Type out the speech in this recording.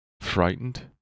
frightened